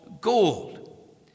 gold